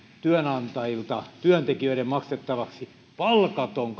työnantajilta työntekijöiden maksettavaksi palkaton